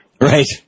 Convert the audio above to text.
Right